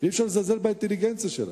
אי-אפשר לזלזל באינטליגנציה שלהם.